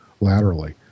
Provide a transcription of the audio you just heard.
laterally